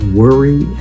worry